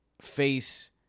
face